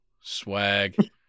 Swag